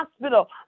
hospital